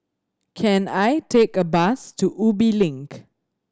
can I take a bus to Ubi Link